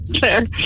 Fair